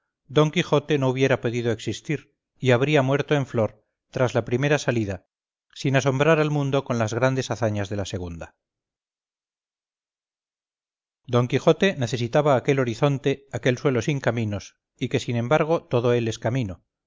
d quijote no hubiera podido existir y habría muerto en flor tras la primera salida sin asombrar al mundo con las grandes hazañas de la segunda d quijote necesitaba aquel horizonte aquel suelo sin caminos y que sin embargo todo él es camino